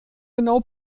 genau